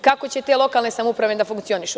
Kako će te lokalne samouprave da funkcionišu?